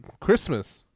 Christmas